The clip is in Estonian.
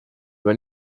aga